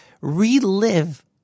relive